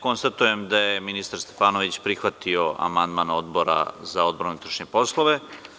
Konstatujem da je ministar Stefanović prihvatio amandman Odbora za odbranu i unutrašnje poslove.